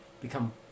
become